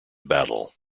battle